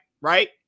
Right